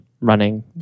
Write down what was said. running